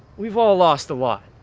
we've all lost a lot.